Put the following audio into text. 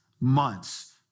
months